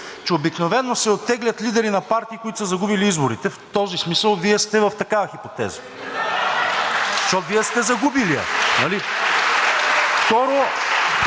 че обикновено се оттеглят лидери на партии, които са загубили изборите. В този смисъл Вие сте в такава хипотеза, защото Вие сте загубилият,